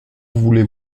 voulez